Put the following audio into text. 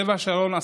בלב השרון,